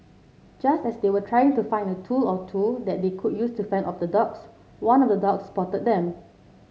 just as they were trying to find a tool or two that they could use to fend off the dogs one of the dogs spotted them